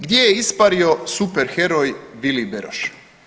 Gdje je ispario superheroj Vili Beroš?